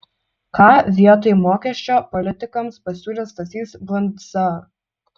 ką vietoj mokesčio politikams pasiūlys stasys brundza